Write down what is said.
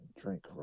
drink